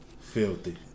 Filthy